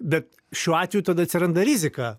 bet šiuo atveju tada atsiranda rizika